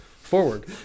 Forward